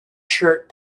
shirt